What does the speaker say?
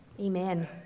Amen